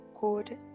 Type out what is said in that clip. good